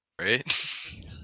Right